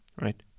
Right